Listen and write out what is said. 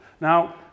Now